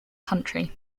country